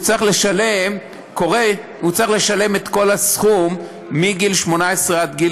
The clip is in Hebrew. והוא צריך לשלם את כל הסכום מגיל 18 עד גיל